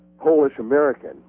Polish-American